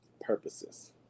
purposes